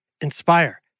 Inspire